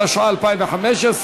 התשע"ה 2015,